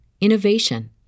innovation